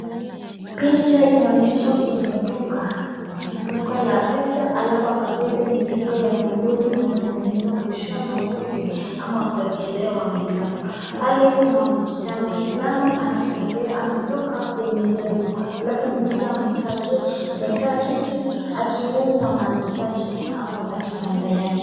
Picha inaonyesha kwenye duka. Duka la pesa alafu hapa mbele ni duka ya saluni inayotengeneza kushona nywele ama kwekelewa (makeup). Pale kuna msichana mwislamu ametoka kwenye hio duka alafu mwengine ameka kiti akiuza mali zake hapo kwa kibanda yake.